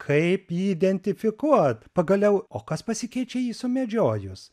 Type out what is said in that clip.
kaip jį identifikuot pagaliau o kas pasikeičia jį sumedžiojus